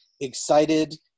excited